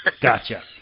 gotcha